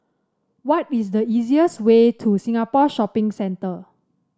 what is the easiest way to Singapore Shopping Centre